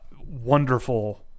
Wonderful